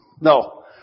No